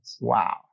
Wow